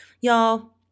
y'all